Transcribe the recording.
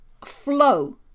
flow